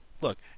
Look